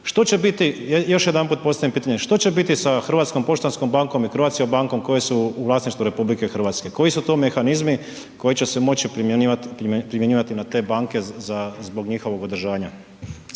Što će biti, još jedanput postavljam pitanje, što će biti sa Hrvatskom poštanskom bankom i Croatia bankom koje su u vlasništvu RH? Koji su to mehanizmi koji će moći primjenjivati na te banke za, zbog njihovog održavanja?